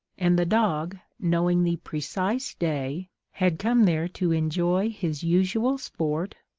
and the dog, knowing the precise day, had come there to enjoy his usual sport,